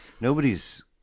nobody's